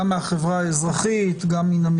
החוק גם אינו תואם לעת